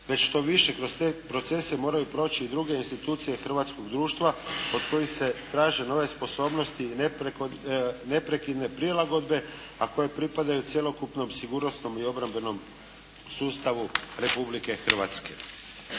već štoviše kroz te procese moraju proći i druge institucije hrvatskog društva od kojih se traže nove sposobnosti i neprekidne prilagodbe, a koje pripadaju cjelokupnom sigurnosnom i obrambenom sustavu Republike Hrvatske.